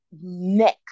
neck